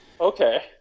Okay